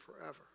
forever